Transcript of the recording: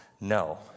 no